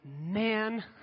man